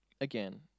again